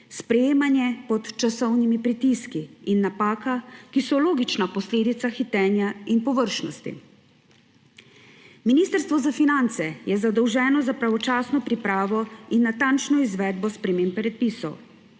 sprejemanje pod časovnimi pritiski in napake, ki so logična posledica hitenja in površnosti. Ministrstvo za finance je zadolženo za pravočasno pripravo in natančno izvedbo sprememb predpisov.